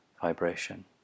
vibration